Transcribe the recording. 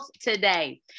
today